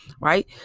right